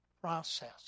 process